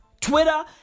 Twitter